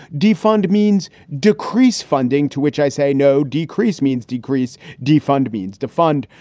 defund means decrease funding to which i say no. decrease means decrease. defund means defund.